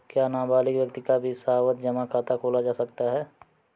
क्या नाबालिग व्यक्ति का भी सावधि जमा खाता खोला जा सकता है?